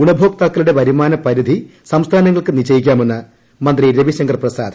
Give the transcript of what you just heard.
ഗുണഭോക്താക്കളുടെ വരുമാന പരിധി സംസ്ഥാനങ്ങൾക്ക് നിശ്ചയിക്കാമെന്ന് മന്ത്രി രവിശങ്കർ പ്രസാദ്